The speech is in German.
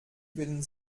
wählen